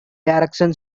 direction